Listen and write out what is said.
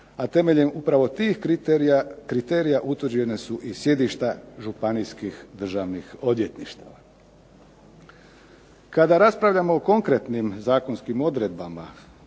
A temeljem upravo tih kriterija, kriterija utvrđeni su i sjedišta županijskih državnih odvjetništava. Kada raspravljamo o konkretnim zakonskim odredbama